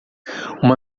uma